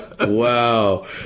Wow